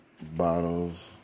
bottles